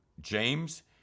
James